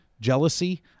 jealousy